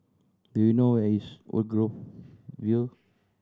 do you know where is Woodgrove View